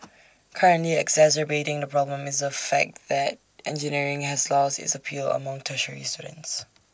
currently exacerbating the problem is the fact that engineering has lost its appeal among tertiary students